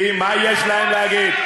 כי מה יש להם להגיד?